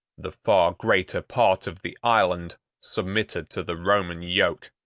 the far greater part of the island submitted to the roman yoke.